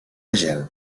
gel